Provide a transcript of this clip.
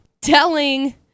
telling